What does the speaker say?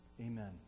Amen